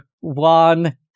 one